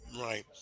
Right